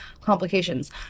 complications